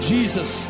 Jesus